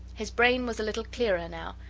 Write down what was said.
his brain was a little clearer now,